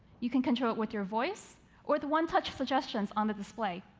you can control it with your voice or the one-touch suggestions on the display.